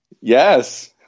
Yes